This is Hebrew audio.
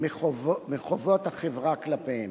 מחובות החברה כלפיהם.